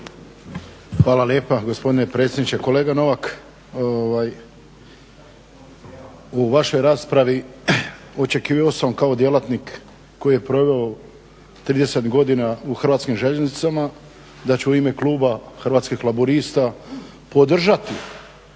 Hvala lijepa gospodine predsjedniče. Kolega Novak, u vašoj raspravi očekivao sam kao djelatnik koji je proveo 30 godina u Hrvatskim željeznicama da će u ime kluba Hrvatskih laburista podržati